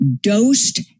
dosed